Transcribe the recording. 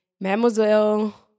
Mademoiselle